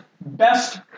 Best